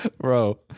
Bro